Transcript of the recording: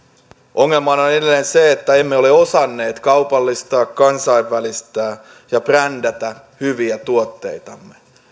ongelmana on edelleen se että emme ole osanneet kaupallistaa kansainvälistää ja brändätä hyviä tuotteitamme